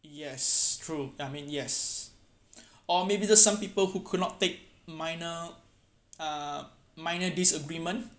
yes true I mean yes or maybe the some people who cannot take minor uh minor disagreement